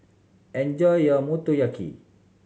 enjoy your Motoyaki